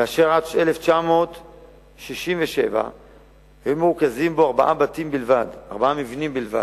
ואשר עד 1967 היו מרוכזים בו ארבעה מבנים בלבד.